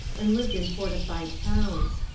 and lived in fortified towns.